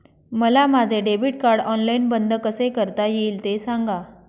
मला माझे debit card online बंद कसे करता येईल, ते सांगा